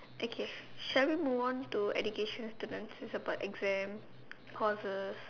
okay shall we move on to education students it's about exams courses